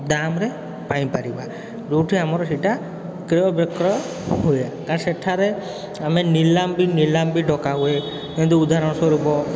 ଦାମ୍ରେ ପାଇପାରିବା ଯେଉଁଠି ଆମର ସେଇଟା କ୍ରୟବିକ୍ରୟ ହୁଏ କାରଣ ସେଠାରେ ଆମେ ନିଲାମ ବି ନିଲାମ ବି ଡକାହୁଏ ଏମିତି ଉଦାହରଣ ସ୍ୱରୂପ